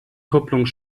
kupplung